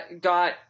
got